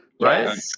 right